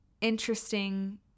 interesting